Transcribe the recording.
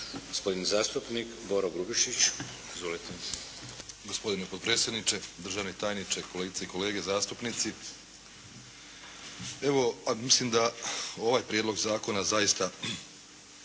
Gospodin zastupnik Boro Grubišić. Izvolite. **Grubišić, Boro (HDSSB)** Gospodine potpredsjedniče, državni tajniče, kolegice i kolege zastupnici. Evo, mislim da ovaj prijedlog zakona zaista